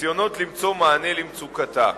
בניסיונות למצוא מענה למצוקתה,